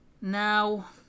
Now